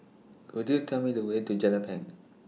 Could YOU Tell Me The Way to Jelapang